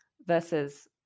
versus